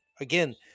Again